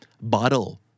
Bottle